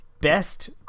best